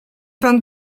pan